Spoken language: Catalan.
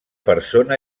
persona